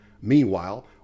Meanwhile